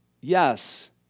Yes